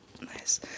Nice